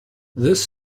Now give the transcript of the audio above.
this